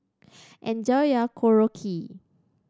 enjoy your Korokke